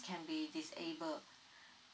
can be disabled